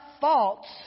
faults